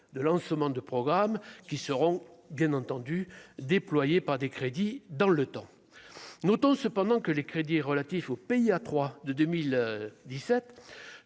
de lancement de programmes qui seront bien entendu déployés par des crédits dans le temps, notons cependant que les crédits relatifs aux pays à 3 de 2017